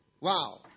Wow